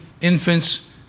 infants